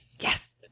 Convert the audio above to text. Yes